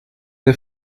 der